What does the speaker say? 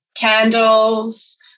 candles